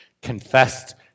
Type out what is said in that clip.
Confessed